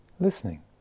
Listening